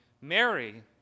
Mary